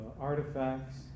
artifacts